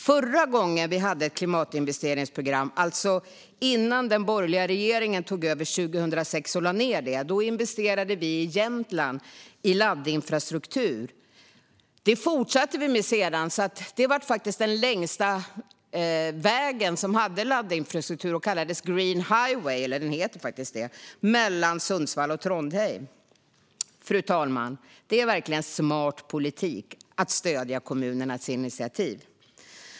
Förra gången vi hade ett klimatinvesteringsprogram, alltså innan den borgerliga regeringen tog över 2006 och lade ned det, investerade vi i Jämtland i laddinfrastruktur. Det fortsatte vi sedan med, och det blev den längsta väg som hade laddinfrastruktur. Den heter Green Highway och går mellan Sundsvall och Trondheim. Fru talman! Det är verkligen smart politik att stödja kommunernas initiativ.